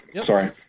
Sorry